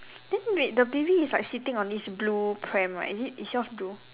then wait the baby is like sitting on this blue pram right is it is yours blue